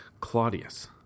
Claudius